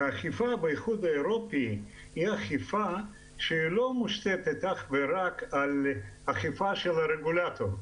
והאכיפה באיחוד האירופי היא אכיפה שלא מושתתת אך ורק על אכיפת הרגולטור.